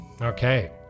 Okay